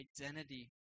identity